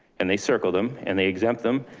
and they circle them and they exempt them.